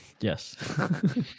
Yes